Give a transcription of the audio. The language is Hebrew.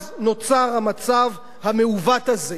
אז נוצר המצב המעוות הזה.